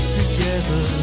together